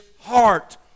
heart